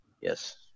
Yes